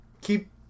keep